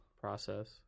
process